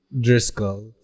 Driscoll